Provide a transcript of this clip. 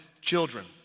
children